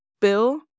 bill